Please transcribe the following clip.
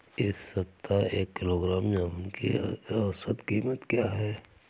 इस सप्ताह एक किलोग्राम जामुन की औसत कीमत क्या है?